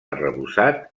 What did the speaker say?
arrebossat